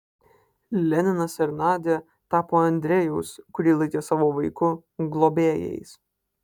leninas ir nadia tapo andrejaus kurį laikė savo vaiku globėjais